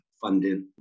funding